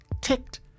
ticked